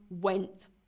went